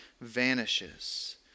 vanishes